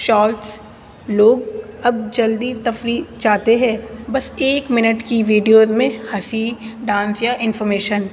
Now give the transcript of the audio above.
shorts لوگ اب جلدی تفریح جاتے ہیں بس ایک منٹ کی ویڈیوز میں ہنسی ڈانس یا انفمیشن